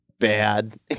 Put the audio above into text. Bad